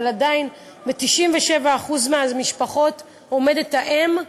אבל עדיין בראש 97% מהמשפחות עומדת האם,